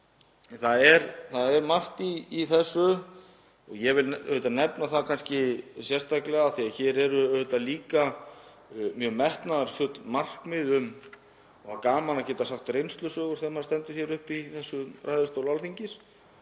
Það er margt í þessu og ég vil nefna það, af því að hér eru líka mjög metnaðarfull markmið — og það er gaman að geta sagt reynslusögur þegar maður stendur hér í þessum ræðustól Alþingis